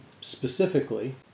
specifically